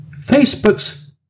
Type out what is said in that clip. Facebook's